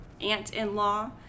aunt-in-law